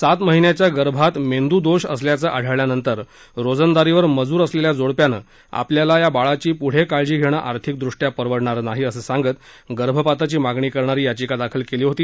सात महिन्याच्या गर्भात मेंदुदोष असल्याचं आढळल्यानंतर रोजंदारीवर मजूर असलेल्या जोडप्यानं आपल्याला या बाळाची प्ढे काळजी घेणं आर्थिक दृष्ट्या परवडणारं नाही असं सांगत गर्भपाताची मागणी करणारी याचिका दाखल केली होती